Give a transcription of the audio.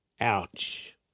Ouch